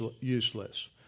useless